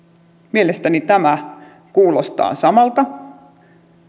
mielestäni tämä kuulostaa samalta